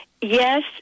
yes